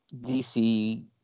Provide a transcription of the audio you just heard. DC